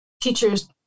Teachers